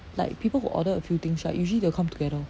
like people who order a few things right usually they will come together